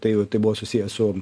tai tai buvo susiję su